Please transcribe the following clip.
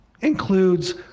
includes